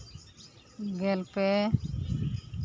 ᱜᱮᱞ ᱯᱮ